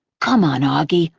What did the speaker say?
come on, auggie,